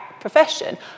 profession